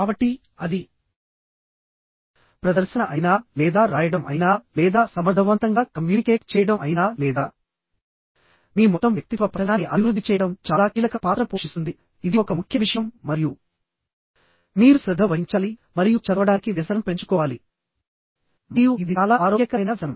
కాబట్టి అది ప్రదర్శన అయినా లేదా రాయడం అయినా లేదా సమర్థవంతంగా కమ్యూనికేట్ చేయడం అయినా లేదా మీ మొత్తం వ్యక్తిత్వ పఠనాన్ని అభివృద్ధి చేయడం చాలా కీలక పాత్ర పోషిస్తుంది ఇది ఒక ముఖ్య విషయం మరియు మీరు శ్రద్ధ వహించాలి మరియు చదవడానికి వ్యసనం పెంచుకోవాలి మరియు ఇది చాలా ఆరోగ్యకరమైన వ్యసనం